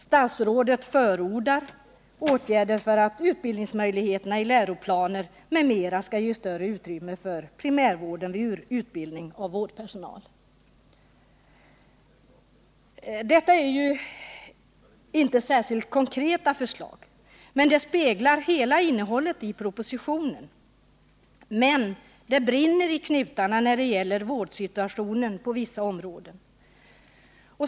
Statsrådet förordar åtgärder för att utbildningsmyndigheterna i läroplaner m.m. skall ge större utrymme för primärvården vid utbildning av vårdpersonal.” Detta är ju inte särskilt konkreta förslag, men de speglar hela innehållet i propositionen. Det brinner emellertid i knutarna när det gäller vårdsituationen på vissa områden.